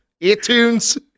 iTunes